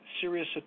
serious